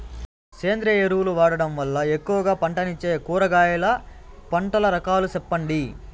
సేంద్రియ ఎరువులు వాడడం వల్ల ఎక్కువగా పంటనిచ్చే కూరగాయల పంటల రకాలు సెప్పండి?